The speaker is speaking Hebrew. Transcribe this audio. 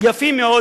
יפים מאוד